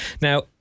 Now